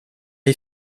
est